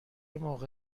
موقع